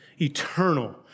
eternal